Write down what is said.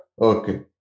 Okay